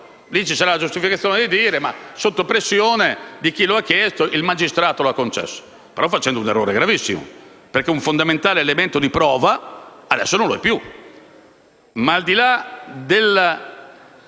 Ci sarà una giustificazione e si dirà che sotto pressione di chi lo ha chiesto, il magistrato lo ha concesso: si è fatto però un errore gravissimo perché un fondamentale elemento di prova adesso non lo è più. Al di là degli